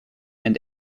and